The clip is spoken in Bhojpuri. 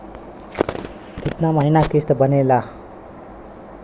कितना महीना के किस्त बनेगा?